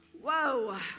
Whoa